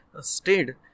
stayed